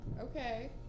Okay